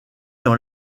dans